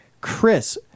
Chris